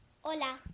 Hola